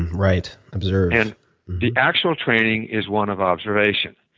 right, observe. and the actual training is one of observation.